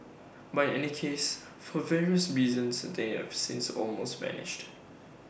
but in any case for various reasons they have since almost vanished